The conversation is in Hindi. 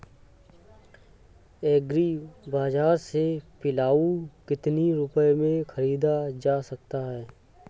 एग्री बाजार से पिलाऊ कितनी रुपये में ख़रीदा जा सकता है?